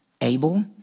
Abel